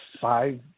five